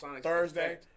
Thursday